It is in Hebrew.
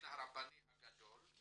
הרבני הגדול,